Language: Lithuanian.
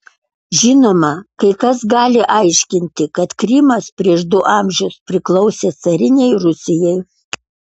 žinoma kai kas gali aiškinti kad krymas prieš du amžius priklausė carinei rusijai